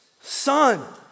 son